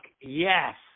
yes